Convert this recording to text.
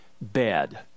bed